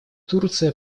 турция